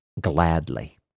gladly